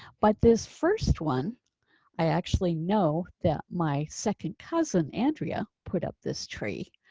but this first one i actually know that my second cousin andrea put up this tree,